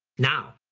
now